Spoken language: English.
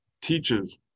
teaches